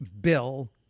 bill